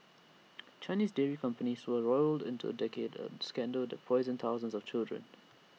Chinese dairy companies were roiled into A decade A scandal that poisoned thousands of children